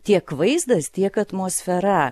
tiek vaizdas tiek atmosfera